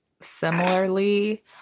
similarly